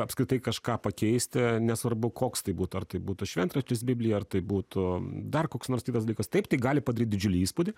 apskritai kažką pakeisti nesvarbu koks tai būtų ar tai būtų šventraštis biblija ar tai būtų dar koks nors kitas dalykas taip tai gali padaryt didžiulį įspūdį